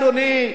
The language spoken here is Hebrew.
אדוני,